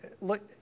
look